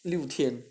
六天